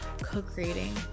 co-creating